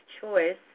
choice